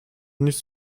nicht